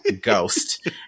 ghost